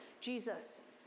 Jesus